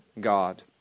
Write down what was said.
God